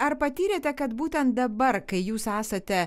ar patyrėte kad būtent dabar kai jūs esate